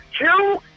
two